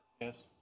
Yes